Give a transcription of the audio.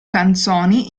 canzoni